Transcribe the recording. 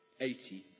80